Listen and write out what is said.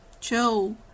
joe